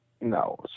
no